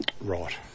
right